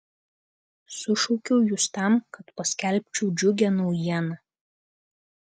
sušaukiau jus tam kad paskelbčiau džiugią naujieną